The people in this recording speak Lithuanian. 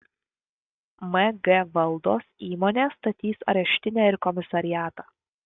mg valdos įmonė statys areštinę ir komisariatą